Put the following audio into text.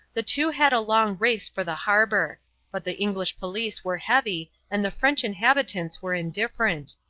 the two had a long race for the harbour but the english police were heavy and the french inhabitants were indifferent.